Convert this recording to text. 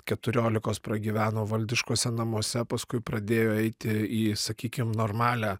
keturiolikos pragyveno valdiškuose namuose paskui pradėjo eiti į sakykim normalią